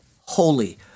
holy